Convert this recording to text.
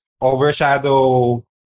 overshadow